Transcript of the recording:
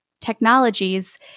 technologies